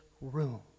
room